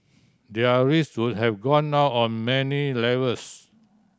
their risk would have gone up on many levels